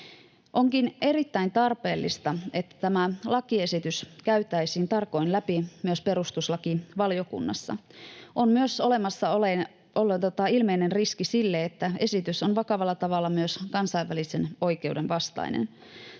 Onkin erittäin tarpeellista, että tämä lakiesitys käytäisiin tarkoin läpi myös perustuslakivaliokunnassa. On myös ilmeinen riski sille, että esitys on vakavalla tavalla myös kansainvälisen oikeuden vastainen.